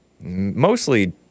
mostly